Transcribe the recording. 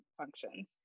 functions